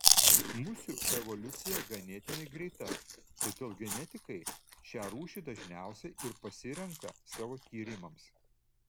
musių evoliucija ganėtinai greita todėl genetikai šią rūšį dažniausiai ir pasirenka savo tyrimams